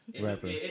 rapper